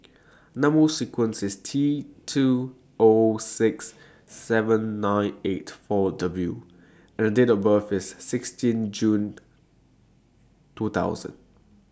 Number sequence IS T two O six seven nine eight four W and Date of birth IS sixteen June two thousand